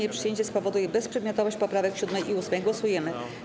Jej przyjęcie spowoduje bezprzedmiotowość poprawek 7. i 8. Głosujemy.